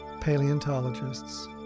paleontologists